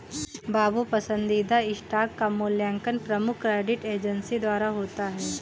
बाबू पसंदीदा स्टॉक का मूल्यांकन प्रमुख क्रेडिट एजेंसी द्वारा होता है